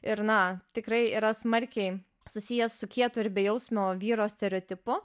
ir na tikrai yra smarkiai susijęs su kieto ir bejausmio vyro stereotipu